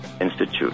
Institute